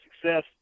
success